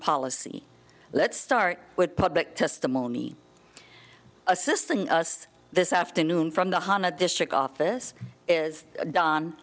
policy let's start with public testimony assisting us this afternoon from the hana district office is don